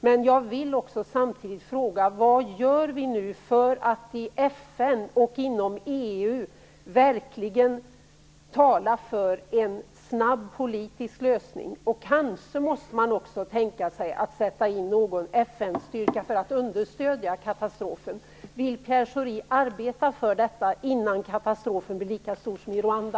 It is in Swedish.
Men jag vill samtidigt fråga: Vad gör vi nu för att i FN och inom EU verkligen tala för en snabb politisk lösning? Kanske måste man också tänka sig att sätta in någon FN-styrka som understöd. Vill Pierre Schori arbeta för detta innan katastrofen blir lika stor som den i Rwanda?